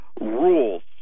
rules